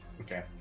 Okay